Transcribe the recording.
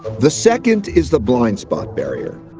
the second is the blind spot barrier.